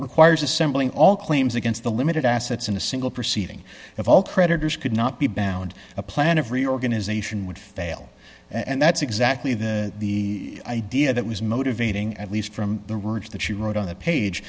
requires assembling all claims against the limited assets in a single proceeding of all creditors could not be bound a plan of reorganization would fail and that's exactly the the idea that was motivating at least from the ridge that she wrote on the page